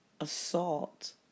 assault